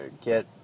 get